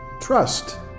trust